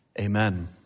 amen